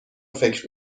فکر